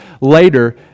later